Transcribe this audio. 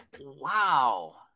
wow